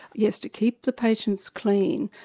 yes, to keep the patients clean.